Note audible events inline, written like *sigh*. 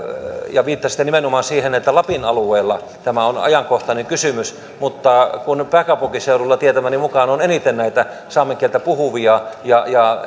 ja viittasitte nimenomaan siihen että lapin alueella tämä on ajankohtainen kysymys että kun pääkaupunkiseudulla tietämäni mukaan on eniten näitä saamen kieltä puhuvia ja ja *unintelligible*